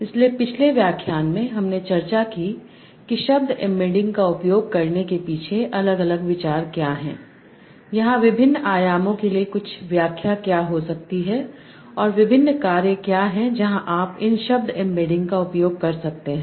इसलिए पिछले व्याख्यान में हमने चर्चा की कि शब्द एम्बेडिंग का उपयोग करने के पीछे अलग अलग विचार क्या हैं यहां विभिन्न आयामों के लिए कुछ व्याख्या क्या हो सकती है और विभिन्न कार्य क्या हैं जहां आप इन शब्द एम्बेडिंग का उपयोग कर सकते हैं